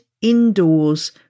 indoors